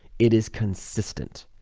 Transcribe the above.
it is consistent,